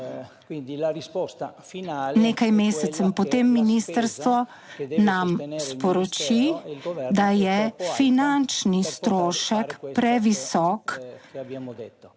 nekaj mesecev, potem ministrstvo nam sporoči, da je finančni strošek previsok